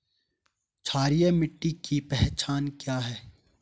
क्षारीय मिट्टी की पहचान क्या है?